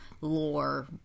lore